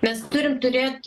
mes turim turėt